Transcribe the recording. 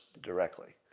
directly